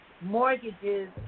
mortgages